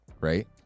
right